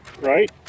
right